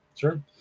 Sure